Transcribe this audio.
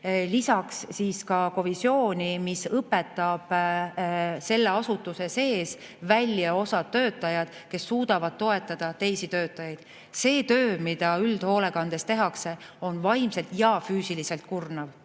Lisaks [pakume] ka kovisiooni, mille korral õpetatakse selle asutuse sees välja töötajaid, kes suudaksid toetada teisi töötajaid. See töö, mida üldhoolekandes tehakse, on vaimselt ja füüsiliselt kurnav.